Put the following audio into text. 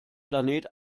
planet